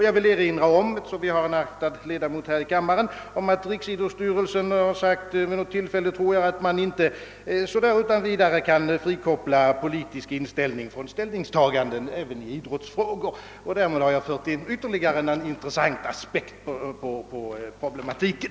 Jag vill med tanke på en aktad ledamot här i kammaren erinra om att Riksidrottsstyrelsen vid något tillfälle har sagt, tror jag, att man inte utan vidare kan frikoppla politisk inställning från ställningstagande ens i idrottsfrågor, och därmed har jag fört in ytterligare en intressant aspekt på problematiken.